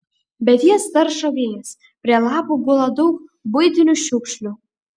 bet jas taršo vėjas prie lapų gula daug buitinių šiukšlių